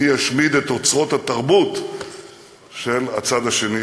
מי ישמיד את אוצרות התרבות של הצד השני,